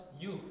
youth